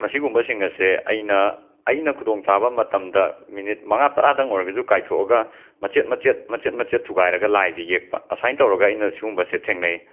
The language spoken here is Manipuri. ꯃꯁꯤꯒꯨꯝꯕꯁꯤꯡ ꯑꯁꯦ ꯑꯩꯅ ꯑꯩꯅ ꯈꯨꯗꯣꯡꯆꯥꯕ ꯃꯇꯝꯗ ꯃꯤꯅꯤꯠ ꯃꯉꯥ ꯇꯔꯥꯗꯪ ꯑꯣꯏꯔꯒꯁꯨ ꯀꯥꯏꯊꯣꯛꯑꯒ ꯃꯆꯦꯠ ꯃꯆꯦꯠ ꯃꯆꯦꯠ ꯃꯆꯦꯠ ꯊꯨꯒꯥꯏꯔꯒ ꯂꯥꯏꯁꯦ ꯌꯦꯛꯄ ꯑꯁꯨꯃꯥꯏꯅ ꯇꯧꯔꯒ ꯑꯩꯅ ꯁꯤꯒꯨꯝꯕꯁꯦ ꯊꯦꯡꯅꯩ